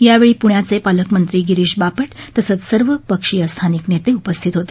यावेळी पुण्याचे पालकमक्ती गिरीश बापट तसद्वसर्व पक्षीय स्थानिक नेते उपस्थित होते